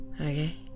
Okay